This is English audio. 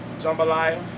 jambalaya